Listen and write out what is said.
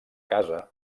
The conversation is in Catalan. casa